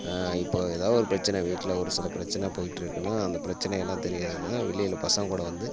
இப்போ ஏதாவது ஒரு பிரச்சனை வீட்டில் ஒரு சில பிரச்சனை போயிட்டு இருக்குன்னால் அந்தப் பிரச்சனையெல்லாம் தெரியாது வெளியில் பசங்க கூட வந்து